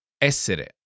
ESSERE